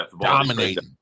dominating